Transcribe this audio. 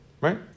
Right